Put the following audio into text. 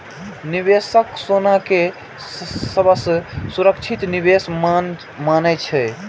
निवेशक सोना कें सबसं सुरक्षित निवेश मानै छै